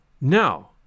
Now